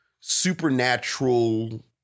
supernatural